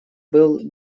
был